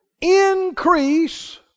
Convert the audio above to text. increase